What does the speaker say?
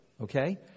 okay